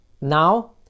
Now